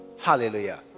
Hallelujah